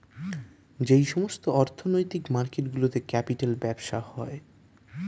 যেই সমস্ত অর্থনৈতিক মার্কেট গুলোতে ক্যাপিটাল ব্যবসা হয়